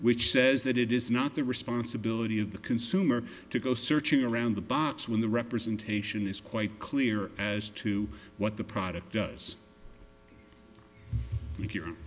which says that it is not the responsibility of the consumer to go searching around the box when the representation is quite clear as to what the product does